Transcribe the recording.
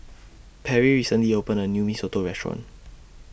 Perry recently opened A New Mee Soto Restaurant